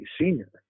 senior